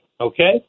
Okay